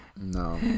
no